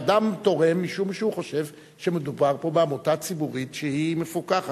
ואדם תורם משום שהוא חושב שמדובר פה בעמותה ציבורית שהיא מפוקחת.